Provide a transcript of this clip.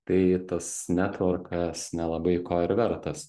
tai tas netvorkas nelabai ko ir vertas